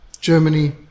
Germany